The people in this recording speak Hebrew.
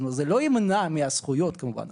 זה לא ימנע מהזכויות כמובן,